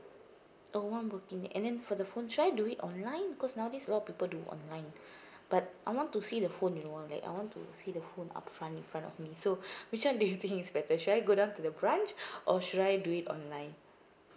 oh one working and then for the phone should I do it online cause nowadays a lot of people do online but I want to see the phone you know I wanna like I want to see the phone upfront in front of me so which one do you think is better should I go down to the branch or should I do it online